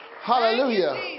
Hallelujah